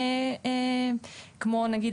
כמו למשל,